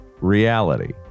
reality